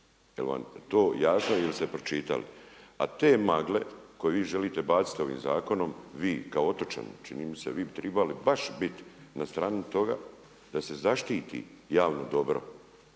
to jasno ili ste pročitali? A te magle koje vi želite baciti ovim zakonom, vi kao otočani čini mi se, vi bi trebali baš biti na strani toga da se zaštiti javno dobro.